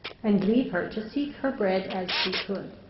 and leave her to seek her bread as she could.